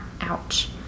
Ouch